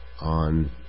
on